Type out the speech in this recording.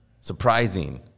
surprising